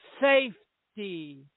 safety